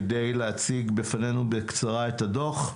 כדי להציג בפנינו בקצרה את הדו"ח,